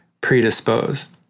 predisposed